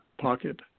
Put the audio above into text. pocket